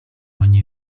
ogni